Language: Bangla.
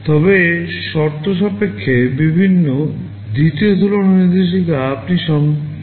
তবে শর্তসাপেক্ষে বিভিন্ন দ্বিতীয় তুলনা নির্দেশিকা আপনি শর্তযুক্ত করতে পারেন